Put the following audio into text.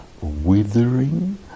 withering